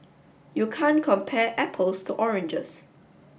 you can't compare apples to oranges